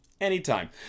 anytime